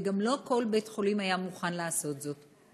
וגם לא כל בית-חולים היה מוכן לעשות זאת.